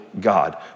God